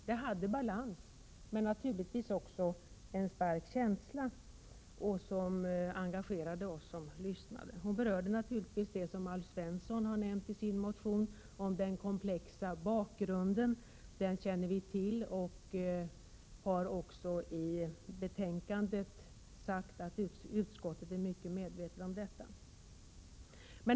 Där fanns också en stark känsla som engagerade oss som lyssnare. Hon berörde det som Alf Svensson har nämnt i sin motion om den komplexa bakgrunden. Den känner vi naturligtvis till och vi har också i betänkandet sagt att utskottet är väl medvetet om denna.